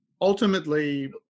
ultimately